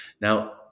Now